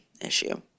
issue